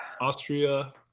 Austria